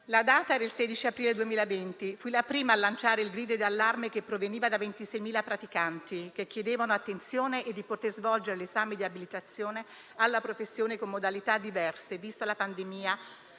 è il 16 aprile 2020. Fui la prima a lanciare il grido d'allarme che proveniva da 26.000 praticanti, che chiedevano attenzione e di poter svolgere l'esame di abilitazione alla professione con modalità diverse, visto che la pandemia